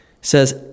says